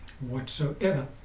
whatsoever